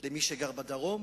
למי שגר בדרום.